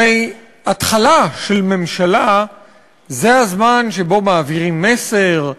הרי התחלה של ממשלה היא הזמן שבו מעבירים מסר,